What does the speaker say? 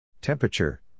Temperature